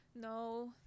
No